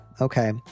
Okay